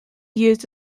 used